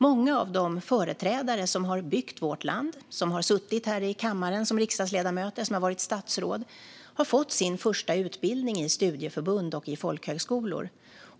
Många av de företrädare som har byggt vårt land, som har suttit här i kammaren som riksdagsledamöter och som har varit statsråd har fått sin första utbildning i studieförbund och folkhögskolor.